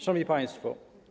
Szanowni Państwo!